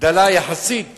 דלה יחסית